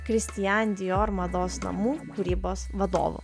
kristian dior mados namų kūrybos vadovu